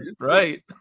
right